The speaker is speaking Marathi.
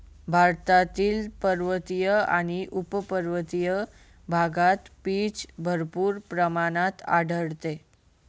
भारतातील पर्वतीय आणि उपपर्वतीय भागात पीच भरपूर प्रमाणात आढळते